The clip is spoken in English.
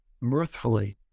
mirthfully